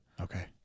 Okay